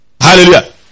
Hallelujah